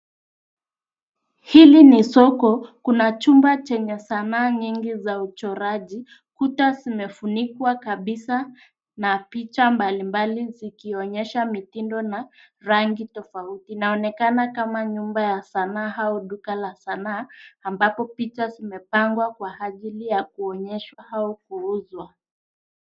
Hili ni soko. Kuna chumba chenye sanaa nyingi za uchoraji. Kuta zimefunikwa kabisa, na picha mbali mbali zikionyesha mitindo na rangi tofauti. Inaonekana kama nyumba ya sanaa au duka la sanaa, ambapo picha zimepangwa kwa ajili ya kuonyeshwa au kuuzwa.